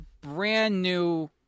brand-new